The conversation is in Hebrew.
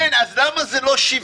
למה זה לא שוויוני?